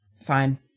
Fine